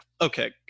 Okay